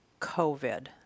COVID